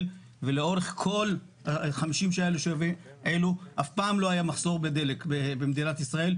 ולאורך כל 50 השנים אף פעם לא היה מחסור בדלק במדינת ישראל,